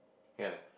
can eh